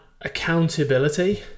accountability